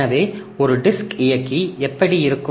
எனவே ஒரு டிஸ்க் இயக்கி எப்படி இருக்கும்